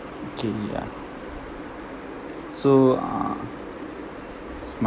okay yeah so ah it's